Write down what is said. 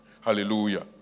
Hallelujah